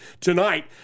tonight